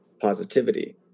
positivity